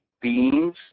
beans